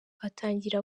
atangira